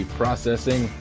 processing